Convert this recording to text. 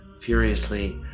furiously